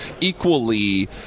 equally